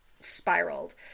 spiraled